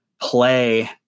play